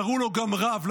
קראו לו גם רב,